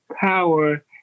power